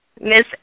Miss